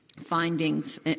findings